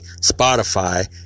spotify